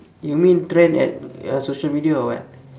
you mean trend at uh social media or what